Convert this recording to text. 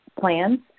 plans